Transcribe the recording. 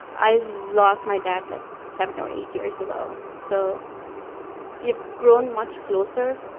i lost my dad like seven or eight years ago. so you've grown much closer.